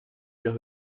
los